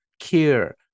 care